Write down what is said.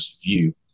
view